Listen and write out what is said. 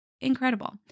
Incredible